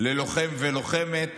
ללוחם ולוחמת,